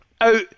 out